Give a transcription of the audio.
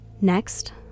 Next